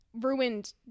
Ruined